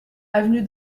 avenue